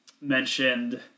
mentioned